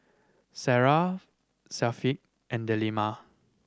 Sarah Syafiq and Delima